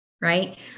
right